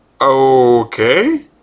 Okay